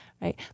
right